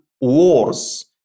wars